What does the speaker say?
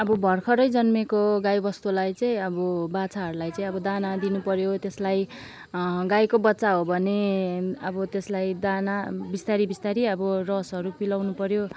अब भर्खरै जन्मिएको गाई बस्तुलाई चाहिँ अब बाछाहरूलाई चाहिँ अब दाना दिनु पऱ्यो त्यसलाई गाईको बच्चा हो भने अब त्यसलाई दाना बिस्तारी बिस्तारी अब रसहरू पिलाउनु पऱ्यो